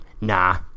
nah